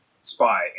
spy